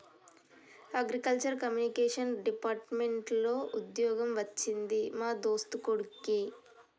agriculture communication department లో వుద్యోగం వచ్చింది మా దోస్తు కొడిక్కి